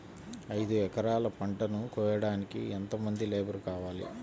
ఐదు ఎకరాల పంటను కోయడానికి యెంత మంది లేబరు కావాలి?